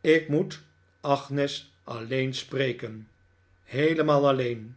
mij weg agnes alleen spreken lieelemaal alleen